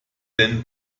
denn